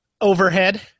Overhead